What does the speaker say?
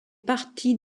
partie